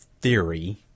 theory